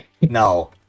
No